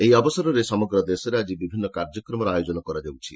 ଏହି ଅବସରରେ ସମଗ୍ର ଦେଶରେ ଆଜି ବିଭିନ୍ନ କାର୍ଯ୍ୟକ୍ରମର ଆୟୋଜନ କରାଯାଉଛି